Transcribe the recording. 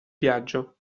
viaggio